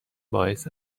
باعث